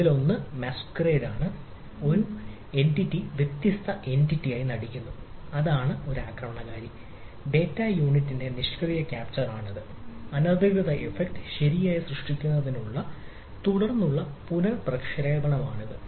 അതിനാൽ ഒന്ന് മാസ്ക്വറേഡ് ആണിത് അനധികൃത ഇഫക്റ്റ് ശരിയായി സൃഷ്ടിക്കുന്നതിനുള്ള തുടർന്നുള്ള പുനർപ്രക്ഷേപണമാണിത്